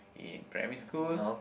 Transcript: in primary school